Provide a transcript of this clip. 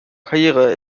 karriere